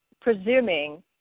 presuming